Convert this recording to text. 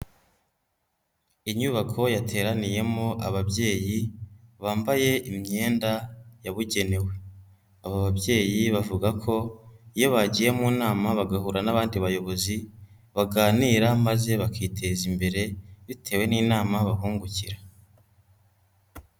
Inyubako yateraniyemo ababyeyi bambaye imyenda yabugenewe, aba babyeyi bavuga ko iyo bagiye mu nama bagahura n'abandi bayobozi baganira maze bakiteza imbere bitewe n'inama bahungukira.